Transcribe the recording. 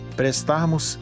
prestarmos